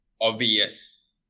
obvious